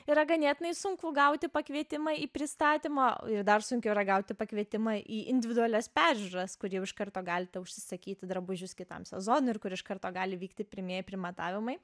yra ganėtinai sunku gauti pakvietimą į pristatymą ir dar sunkiau yra gauti pakvietimą į individualias peržiūras kur jau iš karto galite užsisakyti drabužius kitam sezonui ir kur iš karto gali vykti pirmieji primatavimai